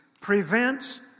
prevents